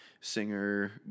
singer